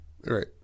right